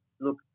Look